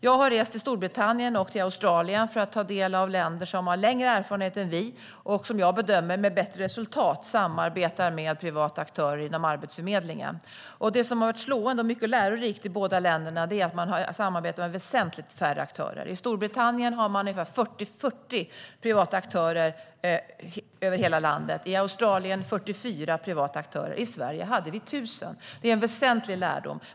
Jag har rest till Storbritannien och till Australien för att ta del av det som har gjorts i länder som har längre erfarenhet än vi och länder som jag bedömer med bättre resultat samarbetar med privata aktörer inom arbetsförmedlingen. Det som har varit slående och mycket lärorikt i båda dessa länder är att de samarbetar med väsentligt färre aktörer. I Storbritannien har man ungefär 40 privata aktörer över hela landet, och i Australien har man 44 privata aktörer. I Sverige hade vi 1 000. Det är en väsentlig lärdom.